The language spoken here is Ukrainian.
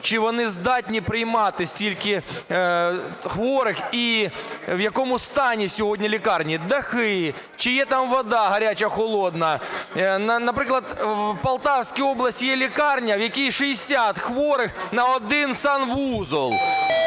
Чи вони здатні приймати стільки хворих? І в якому стані сьогодні лікарні: дахи, чи є там вода гаряча, холодна? Наприклад, у Полтавській області є лікарня, в якій 60 хворих на один санвузол!